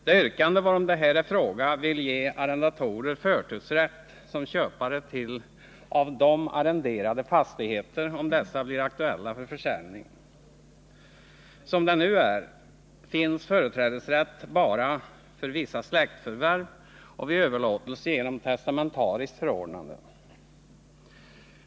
Det yrkande varom det här är fråga vill ge arrendatorer förtursrätt som köpare till av dem arrenderade fastigheter om dessa blir aktuella för försäljning. Som det nu är finns företrädesrätt bara för vissa släktförvärv och vid överlåtelse genom testamentariskt förordnande.